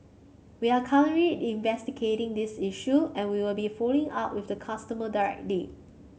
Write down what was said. we are currently investigating this issue and we will be following up with the customer directly